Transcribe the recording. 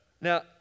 Now